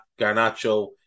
Garnacho